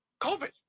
COVID